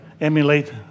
emulate